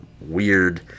weird